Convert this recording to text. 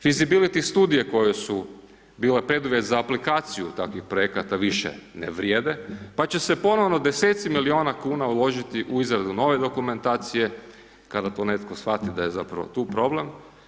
Fizibiliti studije koje su bile preduvjet za aplikaciju takvih projekata više ne vrijede pa će se ponovno deseci milijuna kuna uložiti u izradu nove dokumentacije kada to netko shvati da je zapravo tu problem.